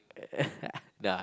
nah